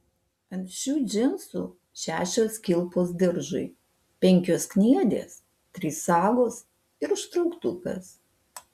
ant šių džinsų šešios kilpos diržui penkios kniedės trys sagos ir užtrauktukas